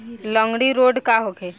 लगंड़ी रोग का होखे?